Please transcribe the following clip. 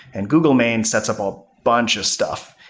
and google main sets up a bunch of stuff,